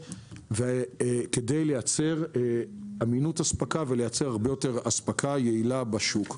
כדי לייצר אמינות אספקה והרבה יותר אספקה יעילה בשוק.